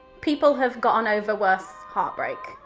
people have gotten over worse heartbreak.